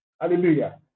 hallelujah